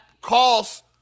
cost